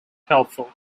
helpful